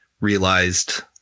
realized